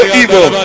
evil